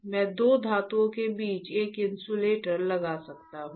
मैं दो धातुओं के बीच में एक इन्सुलेटर लगा सकता हूं